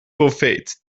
profeet